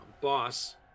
boss